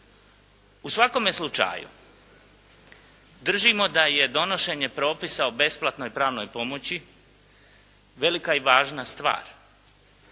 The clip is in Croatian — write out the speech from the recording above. U svakome slučaju držimo da je donošenje propisa o besplatnoj pravnoj pomoći velika i važna stvar.